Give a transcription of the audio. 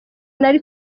nari